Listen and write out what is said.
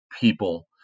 people